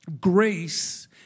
grace